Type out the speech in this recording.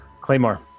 Claymore